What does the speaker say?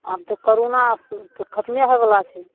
आब तऽ करोना सूइ तऽ खतमे होइवला छै